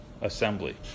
Assembly